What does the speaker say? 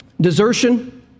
Desertion